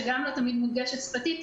שגם לא תמיד מונגשת שפתית,